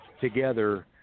together